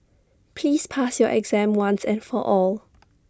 please pass your exam once and for all